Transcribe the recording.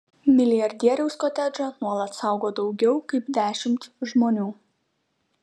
milijardieriaus kotedžą nuolat saugo daugiau kaip dešimt žmonių